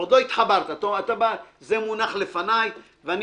עוד לא התחברת זה מונח לפניי ואני